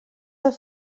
del